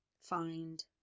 find